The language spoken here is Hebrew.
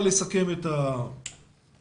לסכם את הדיון.